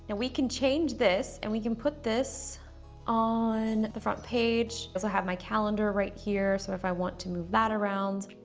and we can change this and we can put this on the front page. i have my calendar right here so if i want to move that around.